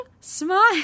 smile